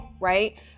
right